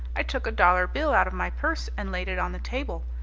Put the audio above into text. i took a dollar bill out of my purse and laid it on the table.